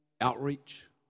outreach